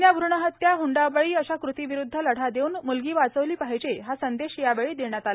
कन्या भूणहत्या हंडाबळी अश्या कृतीविरुद्ध लढा देऊन मुलगी वाचवली पाहिजे हा संदेश यावेळी देण्यात आला